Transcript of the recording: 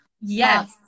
yes